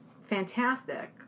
fantastic